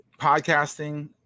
podcasting